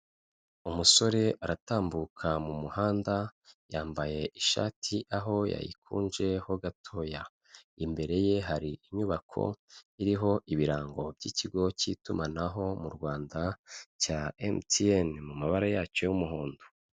Umusore aratambuka mu muhanda, yambaye ishati aho yayikunje ho gatoya. Imbere ye hari inyubako iriho ibirango by'ikigo cy'itumanaho mu Rwanda cya MTN mu mabara yacyo y'umuhondo.